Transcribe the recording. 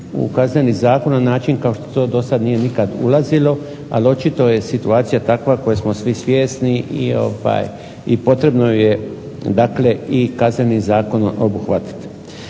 u kazneni zakon na način kao što to do sada nikada nije ulazilo, ali očito je situacija takva koje smo svi svjesni i potrebno ju je Kaznenim zakonom obuhvatiti.